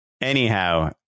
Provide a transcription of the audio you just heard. anyhow